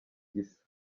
gisa